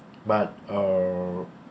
but err